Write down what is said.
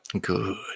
Good